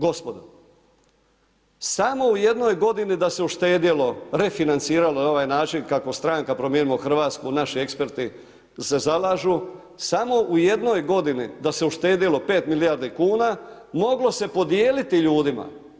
Gospodo, samo u jednoj godini da se uštedjelo refinanciralo na ovaj način kako stranka Promijenimo Hrvatsku, naši eksperti se zalažu, samo u jednoj godini da se uštedjelo 5 milijardi kuna, moglo se podijeliti ljudima.